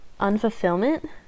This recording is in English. unfulfillment